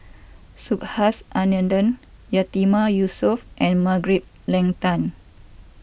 Subhas Anandan Yatiman Yusof and Margaret Leng Tan